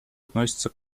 относятся